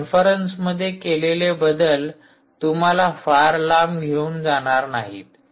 कॉन्फरन्समध्ये केलेले बदल तुम्हाला फार लांब घेऊन जाणार नाहीत